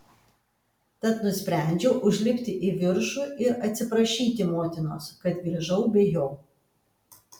tad nusprendžiau užlipti į viršų ir atsiprašyti motinos kad grįžau be jo